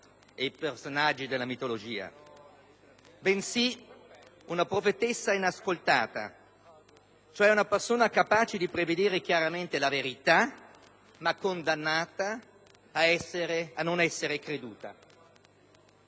e i personaggi della mitologia, bensì una profetessa inascoltata, cioè una persona capace di prevedere chiaramente la verità, ma condannata a non essere creduta.